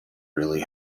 really